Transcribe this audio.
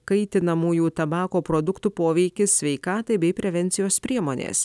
kaitinamųjų tabako produktų poveikis sveikatai bei prevencijos priemonės